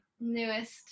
newest